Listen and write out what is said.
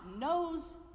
knows